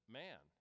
man